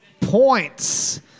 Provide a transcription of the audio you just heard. points